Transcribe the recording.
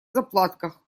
заплатках